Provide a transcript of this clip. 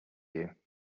you